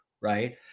right